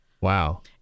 Wow